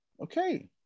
Okay